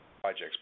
projects